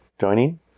joining